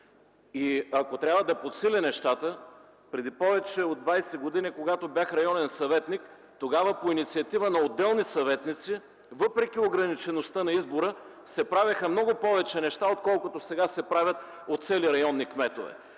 Ако трябва да подсиля нещата, преди повече от 20 години, когато бях районен съветник, тогава по инициатива на отделни съветници, въпреки ограничеността на избора, се правеха много повече неща, отколкото сега се правят от районни кметове.